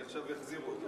עכשיו אני אחזיר אותו.